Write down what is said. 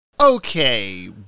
Okay